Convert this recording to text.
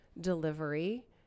delivery